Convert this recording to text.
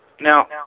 Now